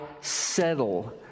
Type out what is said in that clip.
settle